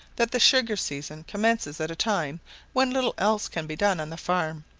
that the sugar season commences at a time when little else can be done on the farm,